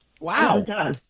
Wow